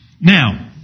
Now